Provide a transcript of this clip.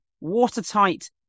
watertight